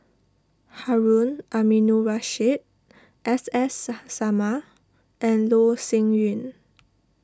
Harun Aminurrashid S S Sarma and Loh Sin Yun